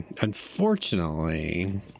Unfortunately